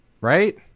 right